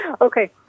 Okay